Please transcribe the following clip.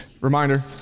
Reminder